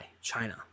China